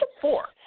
four